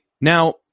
Now